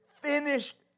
finished